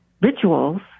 rituals